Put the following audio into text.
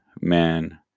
Man